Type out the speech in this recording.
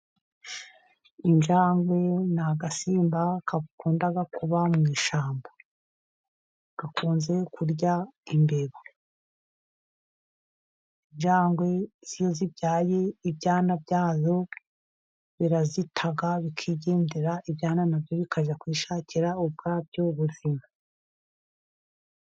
Injangwe ni agasimba gakunda kuba mu ishyamba, gakunze kurya imbeba. Injangwe iyo zibyaye, ibyana byazo birazita, bikigendera, ibyana nabyo bikajya kwishakira ubwabyo buzima.